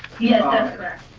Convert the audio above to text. yes that's correct.